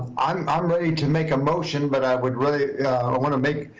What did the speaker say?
i'm i'm ready to make a motion but i would really, i wanna make,